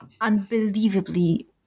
unbelievably